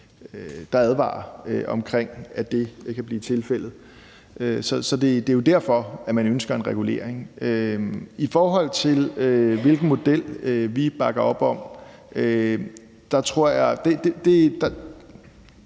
der advarer om kan blive tilfældet. Det er jo derfor, man ønsker en regulering. I forhold til hvilken model vi bakker op om, tror jeg